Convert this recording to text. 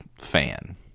fan